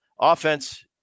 offense